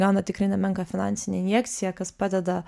gauna tikrai nemenką finansinę injekciją kas padeda